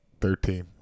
Thirteen